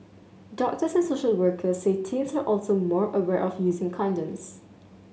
doctors and social workers say teens are also more aware of using condoms